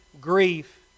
grief